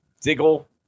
Diggle